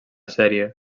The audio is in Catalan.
sèrie